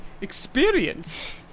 experience